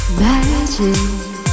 magic